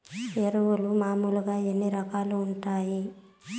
ఎరువులు మామూలుగా ఎన్ని రకాలుగా వుంటాయి?